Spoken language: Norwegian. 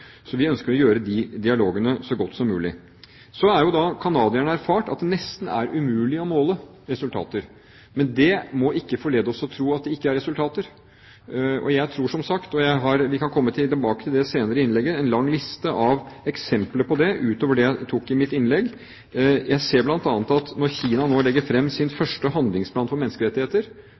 Så vi ønsker å gjøre de dialogene så gode som mulig. Så har jo kanadierne erfart at det nesten er umulig å måle resultater, men det må ikke forlede oss til å tro at det ikke er resultater. Vi kan komme tilbake til det senere, men det er en lang liste av eksempler på det utover det jeg nevnte i mitt innlegg. Når Kina nå legger fram sin første handlingsplan for menneskerettigheter,